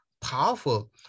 powerful